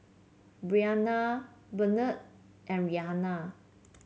Briana Benard and Rhianna